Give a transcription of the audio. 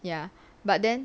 ya but then